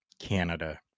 Canada